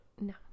No